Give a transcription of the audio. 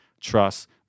Trust